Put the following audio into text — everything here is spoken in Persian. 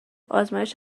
آزمایش